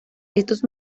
estos